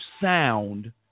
sound